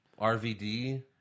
rvd